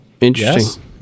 Interesting